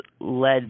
led